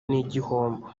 n’igihombo